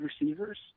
receivers